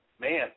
man